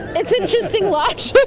it's interesting logic.